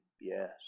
yes